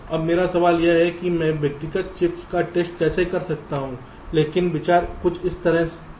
अब मेरा सवाल यह है कि मैं व्यक्तिगत चिप्स का टेस्ट कैसे कर सकता हूं लेकिन विचार कुछ इस तरह है